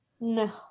no